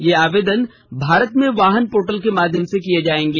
ये आवेदन भारत में वाहन पोर्टल के माध्यम से किए जाएँगे